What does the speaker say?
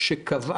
שקבע